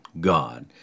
God